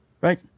right